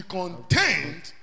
content